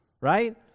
Right